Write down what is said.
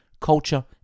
culture